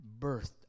birth